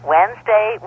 Wednesday